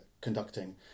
conducting